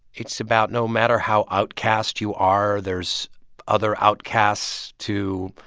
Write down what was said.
it's about no matter how outcast you are, there's other outcasts to